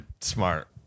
Smart